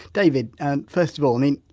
david, and first of all, and and